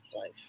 life